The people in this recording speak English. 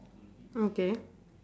okay